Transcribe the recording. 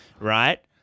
right